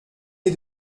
les